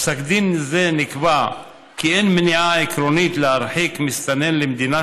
בפסק דין זה נקבע כי אין מניעה עקרונית להרחיק מסתנן למדינה